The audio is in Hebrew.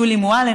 שולי מועלם,